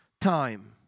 time